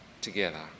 together